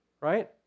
right